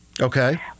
Okay